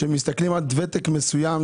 מסתכלים עד ותק מסוים,